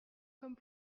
comme